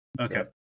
Okay